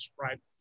right